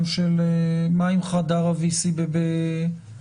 מה עם חדר ה-VC בשב"ס?